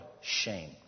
shame